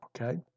okay